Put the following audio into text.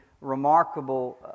remarkable